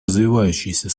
развивающиеся